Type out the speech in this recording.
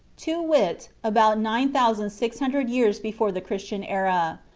to wit, about nine thousand six hundred years before the christian era.